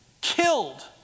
killed